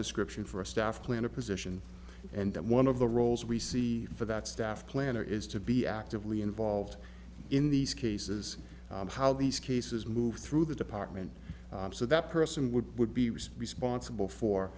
description for a staff plan a position and that one of the roles we see for that staff planner is to be actively involved in these cases how these cases move through the department so that person would would be was responsible for